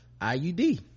iud